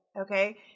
Okay